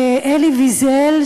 אלי ויזל,